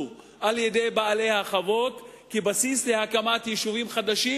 על-ידי בעלי החוות בסיס להקמת יישובים חדשים,